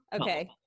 Okay